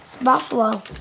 Buffalo